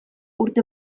urte